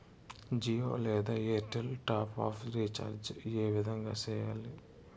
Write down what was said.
జియో లేదా Airtel top up recharge ఏ విధంగా సేయాలి